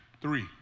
Three